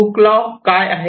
hook law Hooke's law काय आहे